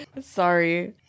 Sorry